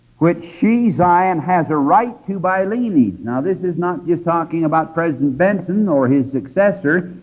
which she, zion, has a right to by lineage. and ah this is not just talking about president benson or his successor,